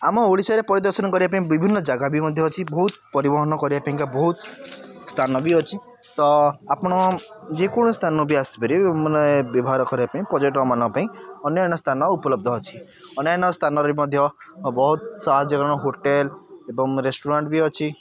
ଆମ ଓଡ଼ିଶାରେ ପରିଦର୍ଶନ କରିବା ପାଇଁ ବିଭିନ୍ନ ଜାଗା ବି ମଧ୍ୟ ଅଛି ବହୁତ ପରିବହନ କରିବା ପାଇଁକା ବହୁତ ସ୍ଥାନ ବି ଅଛି ତ ଆପଣ ଯେକୌଣସି ସ୍ଥାନ ବି ଆସିପାରିବେ ମାନେ ବ୍ୟବହାର କରିବା ପାଇଁ ପର୍ଯ୍ୟଟନମାନଙ୍କ ପାଇଁ ଅନ୍ୟାନ୍ୟ ସ୍ଥାନ ଉପଲବ୍ଧ ଅଛି ଅନ୍ୟାନ୍ୟ ସ୍ଥାନରେ ମଧ୍ୟ ବହୁତ ହୋଟେଲ୍ ଏବଂ ରେଷ୍ଟୁରାଣ୍ଟ୍ ବି ଅଛି